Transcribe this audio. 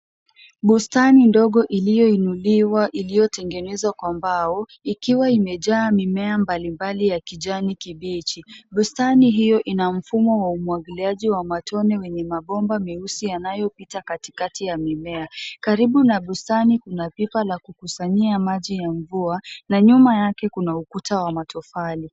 Bustani ndogo iliyoinuliwa iliyotengenezwa kwa mbao, ikiwa imejaa mimea mbalimbali ya kijani kibichi. Bustani hiyo ina mfumo wa umwagiliaji wa matone wenye mabomba meusi yanayopita katikati ya mimea. Karibu na bustani kuna pipa la kukusanyia maji ya mvua na nyuma yake kuna ukuta wa matofali.